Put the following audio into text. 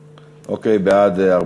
בעד,